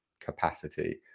capacity